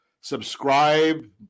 subscribe